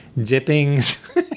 dippings